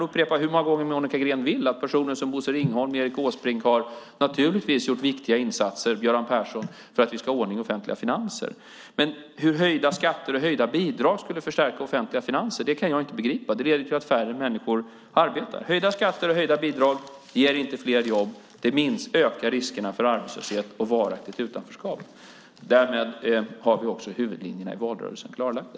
Personer som Bosse Ringholm, Erik Åsbrink och Göran Persson har naturligtvis gjort viktiga insatser för att vi ska ha ordning i våra offentliga finanser, men hur höjda skatter och höjda bidrag skulle förstärka de offentliga finanserna kan jag inte begripa. Det leder ju till att färre människor arbetar. Höjda skatter och höjda bidrag ger inte fler jobb. Det ökar riskerna för arbetslöshet och varaktigt utanförskap. Därmed har vi också huvudlinjerna i valrörelsen klarlagda.